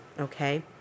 okay